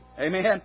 Amen